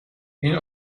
این